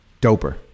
doper